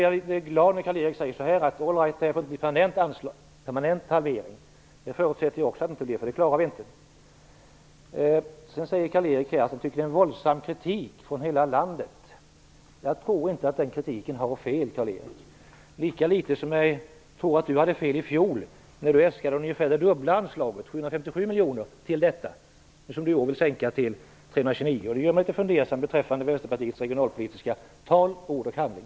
Jag blev glad när Karl-Erik Persson sade att det inte får bli en permanent halvering. Det förutsätter jag också att det inte blir, för det klarar vi inte. Sedan sade Karl-Erik Persson att det framförts en våldsam kritik från hela landet. Jag tror inte att den kritiken var felaktig, Karl-Erik Persson. Lika litet tror jag att Karl-Erik Persson hade fel i fjol när han äskade ungefär det dubbla anslaget, 757 miljoner, till det enskilda vägnätet, något som han i år vill sänka till 329 miljoner. Det gör mig litet fundersam beträffande Vänsterpartiets regionalpolitiska inställning i ord och handling.